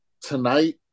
tonight